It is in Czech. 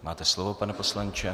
Máte slovo, pane poslanče.